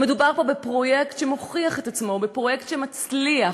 מדובר פה בפרויקט שמוכיח את עצמו, בפרויקט שמצליח,